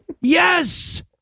Yes